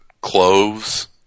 cloves